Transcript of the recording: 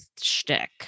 shtick